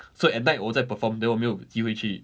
so at night 我在 perform then 我没有机会去